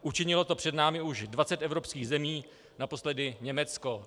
Učinilo to před námi už 20 evropských zemí, naposledy Německo.